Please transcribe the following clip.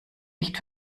nicht